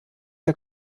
der